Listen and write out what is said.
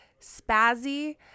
spazzy